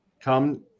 Come